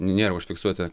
nėra užfiksuota